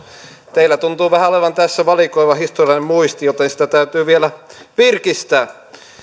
teillä tuntuu vähän olevan tässä valikoiva historiallinen muisti joten sitä täytyy vielä virkistää